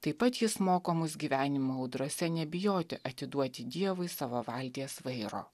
taip pat jis moko mus gyvenimo audrose nebijoti atiduoti dievui savo valties vairo